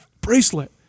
bracelet